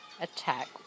attack